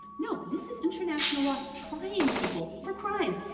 no, this is international law trying people for crimes,